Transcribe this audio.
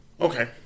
Okay